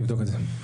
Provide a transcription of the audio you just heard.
נבדוק את זה.